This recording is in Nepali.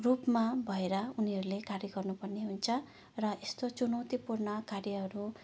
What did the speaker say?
रूपमा भएर उनीहरूले कार्य गर्नपर्ने हुन्छ र यस्तो चुनौतीपूर्ण कार्यहरू